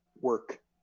work